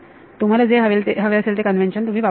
तुम्हाला जे हवे असेल ते कन्वेंशन तुम्ही वापरू शकता